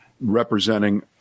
representing